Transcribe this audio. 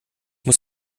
muss